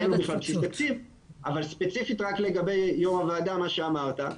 אבל ספציפית לגבי מה שאמרת,